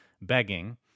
begging